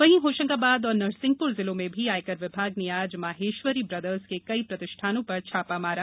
वहीं होशंगाबाद और नरसिंहपुर जिलो में भी आयकर विभाग ने आज माहेश्वरी ब्रदर्स के कई प्रतिष्ठानों पर छापा मारा